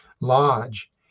Lodge